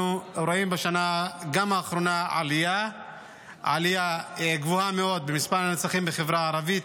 בשנה האחרונה ראינו עלייה גדולה מאוד במספר הנרצחים בחברה הערבית,